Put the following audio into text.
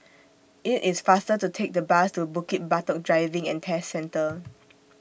IT IS faster to Take The Bus to Bukit Batok Driving and Test Centre